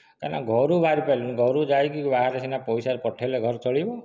କାହିଁକି ନା ଘରୁ ବାହାରି ପାରିଲୁନି ଘରୁ ଯାଇକି ବାହାରେ ସିନା ପଇସା ପଠାଇଲେ ଘର ଚଳିବ